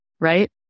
right